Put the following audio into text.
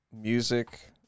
music